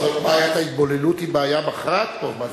בעיית ההתבוללות היא בעיה מכרעת פה.